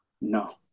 No